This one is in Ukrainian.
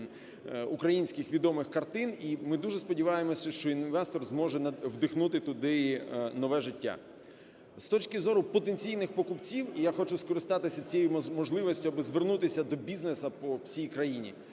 українських відомих картин, і ми дуже сподіваємося, що інвестор зможе вдихнути туди нове життя. З точки зору потенційних покупців - і я хочу скористатися цією можливістю, аби звернутися до бізнесу по всій країні,